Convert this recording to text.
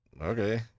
Okay